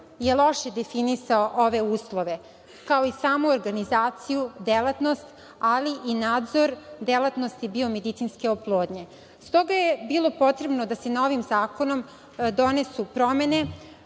je loše definisao ove uslove, kao i samu organizaciju, delatnost, ali i nadzor delatnosti biomedicinske oplodnje. Stoga je bilo potrebno da se novim zakonom donesu promene,